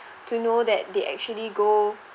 to know that they actually go